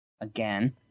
again